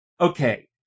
Okay